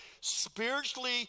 spiritually